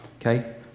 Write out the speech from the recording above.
Okay